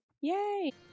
Yay